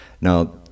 Now